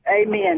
Amen